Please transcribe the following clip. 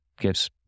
gives